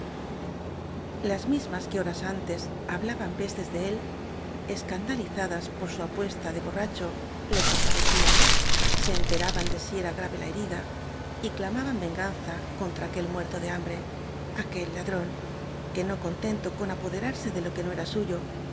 las mismas que horas antes hablaban pes tes de él escandalizadas por su apuesta de bo rracho le compadecían se enteraban de si era grave la herida y clamaban venganza contra aquel muerto de hambre aquel ladrón que no contento con apoderarse de lo que no era suyo